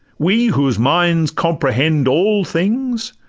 we whose minds comprehend all things?